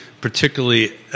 particularly